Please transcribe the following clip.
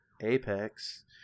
Apex